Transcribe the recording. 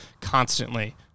constantly